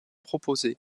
proposés